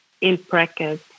in-practice